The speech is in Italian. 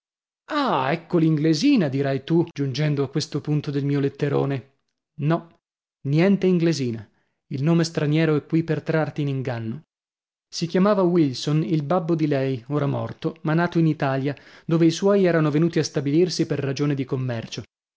ah ecco l'inglesina dirai tu giungendo a questo punto del mio letterone no niente inglesina il nome straniero è qui per trarti in inganno si chiamava wilson il babbo di lei ora morto ma nato in italia dove i suoi erano venuti a stabilirsi per ragione di commercio